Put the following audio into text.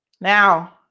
Now